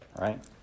right